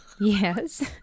Yes